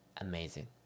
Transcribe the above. amazing